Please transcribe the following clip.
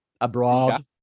abroad